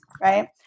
right